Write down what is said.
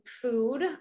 food